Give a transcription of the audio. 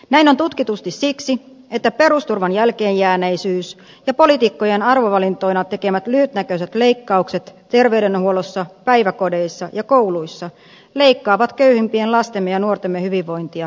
näin on tutkitusti siksi että perusturvan jälkeenjääneisyys ja poliitikkojen arvovalintoina tekemät lyhytnäköiset leikkaukset terveydenhuollossa päiväkodeissa ja kouluissa leikkaavat köyhimpien lastemme ja nuortemme hyvinvointia pysyvästi